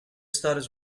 stutters